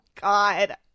god